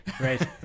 right